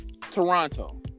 Toronto